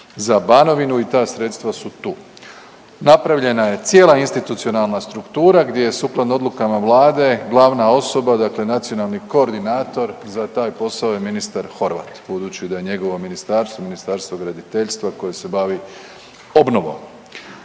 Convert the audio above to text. za Banovinu i ta sredstva su tu. Napravljena je cijela institucionalna struktura gdje je sukladno odlukama vlade glavna osoba dakle nacionalni koordinator za taj posao je ministar Horvat, budući da je njegovo ministarstvo Ministarstvo graditeljstva koje se bavi obnovom.